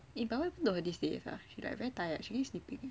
eh but why nowadays she like very tired she's always sleeping eh